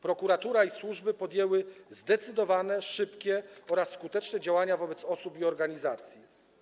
Prokuratura i służby podjęły zdecydowane, szybkie oraz skuteczne działania wobec osób i organizacji.